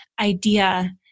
idea